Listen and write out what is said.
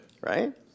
Right